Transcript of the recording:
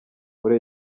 muri